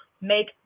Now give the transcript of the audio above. make